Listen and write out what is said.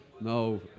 No